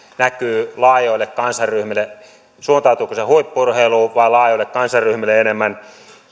näkyy laajoille kansanryhmille suuntautuuko se huippu urheiluun vai laajoille kansanryhmille enemmän